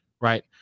Right